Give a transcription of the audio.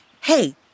Hey